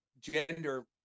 gender